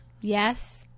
Yes